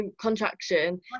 contraction